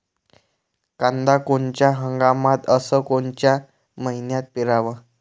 कांद्या कोनच्या हंगामात अस कोनच्या मईन्यात पेरावं?